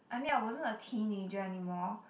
I mean I wasn't a teenager anymore